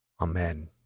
Amen